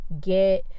get